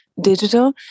digital